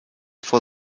vor